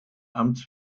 amts